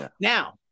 Now